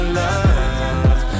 love